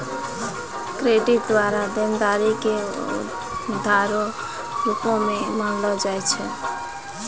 credit द्वारा देनदारी के उधारो रूप मे मानलो जाय छै